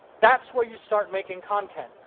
that's where you start making content.